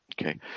Okay